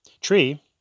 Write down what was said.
tree